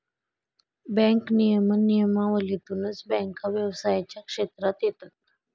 bank नियमन नियमावलीतूनच बँका व्यवसायाच्या क्षेत्रात येतात